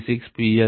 36PL20